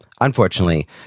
Unfortunately